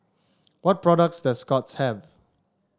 what products does Scott's have